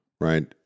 Right